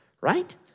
right